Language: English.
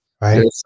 right